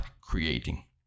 creating